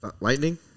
Lightning